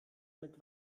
mit